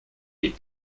les